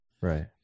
Right